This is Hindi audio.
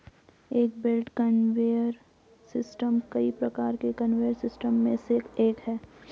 एक बेल्ट कन्वेयर सिस्टम कई प्रकार के कन्वेयर सिस्टम में से एक है